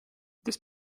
this